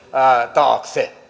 taakse